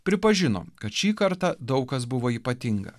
pripažino kad šį kartą daug kas buvo ypatinga